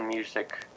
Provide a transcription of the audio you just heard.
Music